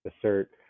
assert